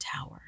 tower